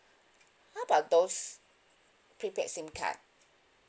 how about those prepaid SIM card